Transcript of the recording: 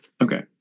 Okay